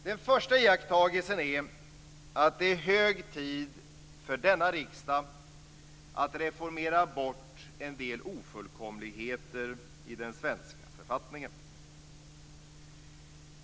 Den första iakttagelsen är att det är hög tid för denna riksdag att reformera bort en del ofullkomligheter i den svenska författningen.